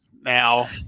Now